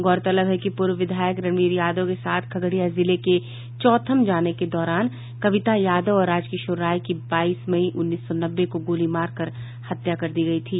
गौरतलब है कि पूर्व विधायक रणवीर यादव के साथ खगड़िया जिले के चौथम जाने के दौरान कविता यादव और राजकिशोर राय की बाईस मई उन्नीस सौ नब्बे को गोली मारकर हत्या कर दी गयी थी